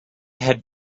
had